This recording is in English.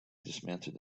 dismounted